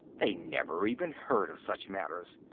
they never even heard of such matters.